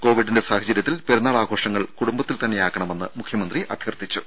കോവിഡിന്റെ സാഹചര്യത്തിൽ പെരുന്നാൾ ആഘോഷങ്ങൾ കുടുംബത്തിൽതന്നെയാക്കണമെന്ന് മുഖ്യമന്ത്രി അഭ്യർഥിച്ചു